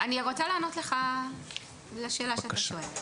אני רוצה לענות לך לשאלה שאתה שואל.